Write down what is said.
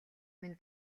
минь